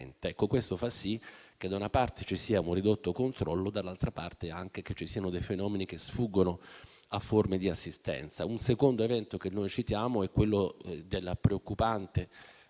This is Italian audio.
Ecco, questo fa sì che, da una parte, ci sia un ridotto controllo, dall'altra, anche che ci siano fenomeni che sfuggono a forme di assistenza. Un secondo evento che citiamo concerne la preoccupante